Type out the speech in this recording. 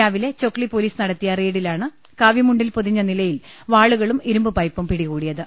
രാവിലെ ചൊക്സി പൊലീസ് നടത്തിയ റെയ്ഡിലാണ് കാവിമുണ്ടിൽ പൊതിഞ്ഞ നില യിൽ വാളുകളും ഇരുമ്പുപൈപ്പും പിടികൂടിയത്